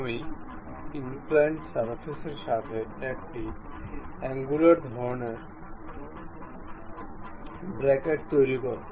আমি ইনক্লাইন্ড সারফেসের সাথে একটি অ্যাঙ্গুলার ধরণের ব্রাকেট তৈরি করব